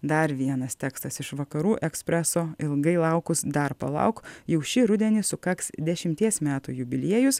dar vienas tekstas iš vakarų ekspreso ilgai laukus dar palauk jau šį rudenį sukaks dešimties metų jubiliejus